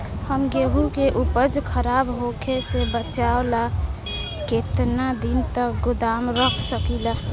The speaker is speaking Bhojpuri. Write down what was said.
हम गेहूं के उपज खराब होखे से बचाव ला केतना दिन तक गोदाम रख सकी ला?